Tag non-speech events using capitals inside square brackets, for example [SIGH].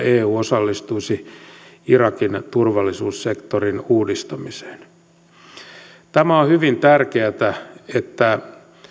[UNINTELLIGIBLE] eu osallistuisi irakin turvallisuussektorin uudistamiseen on hyvin tärkeätä että